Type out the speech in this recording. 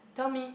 tell me